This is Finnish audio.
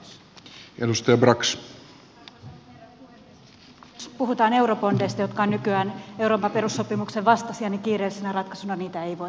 ensinnäkin jos puhutaan eurobondeista jotka ovat nykyään euroopan perussopimuksen vastaisia kiireellisenä ratkaisuna niitä ei voida hyväksyä